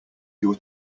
your